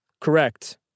Correct